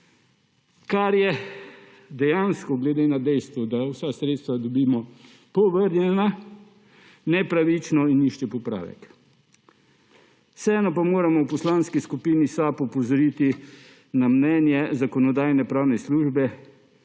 Kar je dejansko glede na dejstvo, da vsa sredstva dobimo povrnjena, nepravično in se išče popravek. Vseeno pa moramo v Poslanski skupini SAB opozoriti na mnenje Zakonodajno-pravne službe,